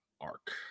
Arc